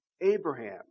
Abraham